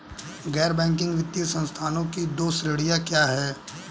गैर बैंकिंग वित्तीय संस्थानों की दो श्रेणियाँ क्या हैं?